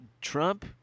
Trump